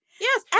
yes